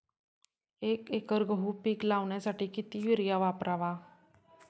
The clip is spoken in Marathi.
एक एकर गहू पीक लावण्यासाठी किती युरिया वापरावा?